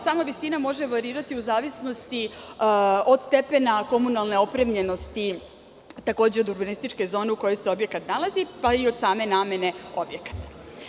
Sama visina može varirati u zavisnosti od stepena komunalne opremljenosti, od urbanističke zone u kojoj se objekat nalazi, pa i od same namene objekta.